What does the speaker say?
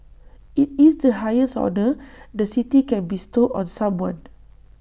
IT is the highest honour the city can bestow on someone